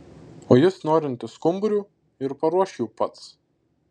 o jis norintis skumbrių ir paruoš jų pats